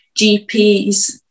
GPs